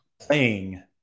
playing